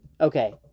Okay